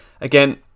again